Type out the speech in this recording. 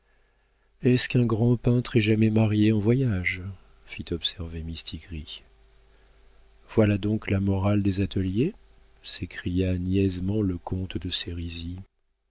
est-ce qu'un grand peintre est jamais marié en voyage fit observer mistigris voilà donc la morale des ateliers s'écria niaisement le comte de